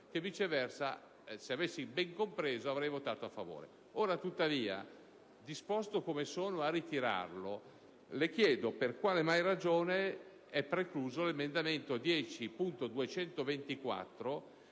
che viceversa, se avessi ben compreso, avrei votato a favore. Ora, tuttavia, disposto come sono a ritirarlo, le chiedo per quale ragione sia precluso l'emendamento 10.224,